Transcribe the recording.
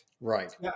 Right